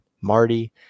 Marty